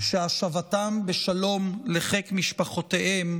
שהשבתם בשלום לחיק משפחותיהם